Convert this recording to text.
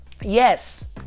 yes